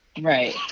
Right